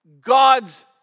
God's